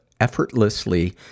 effortlessly